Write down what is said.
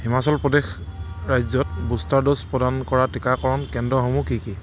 হিমাচল প্ৰদেশ ৰাজ্যত booster dose প্ৰদান কৰা টিকাকৰণ কেন্দ্ৰসমূহ কি কি